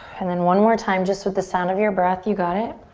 and then one more time, just with the sound of your breath. you got it.